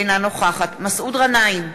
אינה נוכחת מסעוד גנאים,